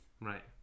Right